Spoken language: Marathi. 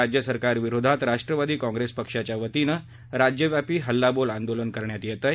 राज्य सरकार विरोधात राष्ट्रवादी काँप्रेस पक्षाच्या वतीनं राज्यव्यापी हल्लाबोल आंदोलन करण्यात येत आहे